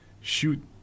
shoot